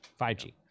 5g